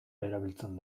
erabiltzen